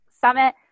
summit